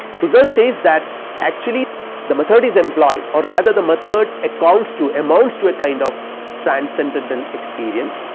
husserl says that actually the method is employed or rather the method accounts to amounts to a kind of transcendental experience,